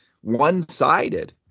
one-sided